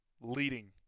leading